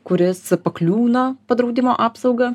kuris pakliūna pa draudimo apsauga